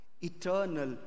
eternal